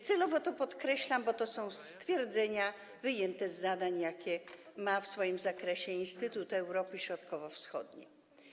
Celowo to podkreślam, bo to są stwierdzenia wyjęte z zadań, jakie ma w swoim zakresie Instytut Europy Środkowo-Wschodniej.